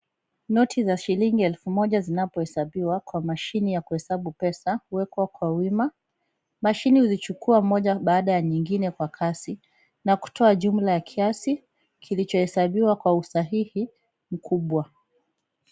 Noti za shillingi elfu moja zinapohesabiwa kwa mashine ya kuhesabu pesa, huwekwa kwa wima, mashine huzichukua moja baada ya nyingine kwa kasi na kutoa jumla ya kiasi kilichohesabiwa kwa usahihi mkubwa.